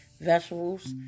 vegetables